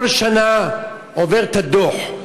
כל שנה עובר את הדוח,